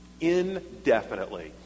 Indefinitely